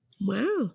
Wow